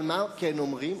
אבל מה כן אומרים?